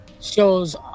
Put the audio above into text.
Shows